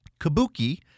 Kabuki